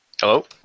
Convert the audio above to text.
Hello